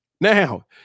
Now